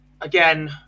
again